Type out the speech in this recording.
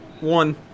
one